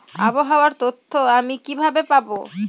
আবহাওয়ার তথ্য আমি কিভাবে পাবো?